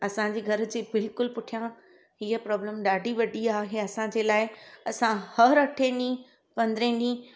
असांजी घर जी बिल्कुलु पुठियां इह प्रॉब्लम ॾाढी वॾी आहे असांजे लाइ असां हर अठे ॾींहं पंद्रहें ॾींहं